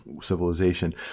civilization